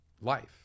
life